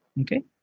okay